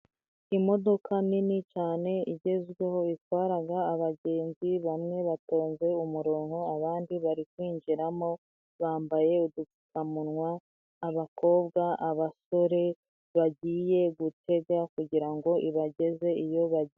Imodoka nini cyane igezweho yatwaraga abagenzi bamwe batonzwe umurongo, abandi bari kwinjiramo bambaye udupfukamunwa, abakobwa abasore bagiye gutega kugirango ibageze iyo bagenda.